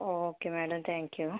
okay madam thank you